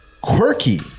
quirky